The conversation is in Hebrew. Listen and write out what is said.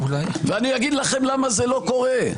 ואני אגיד לכם למה זה לא קורה.